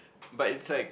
but it's like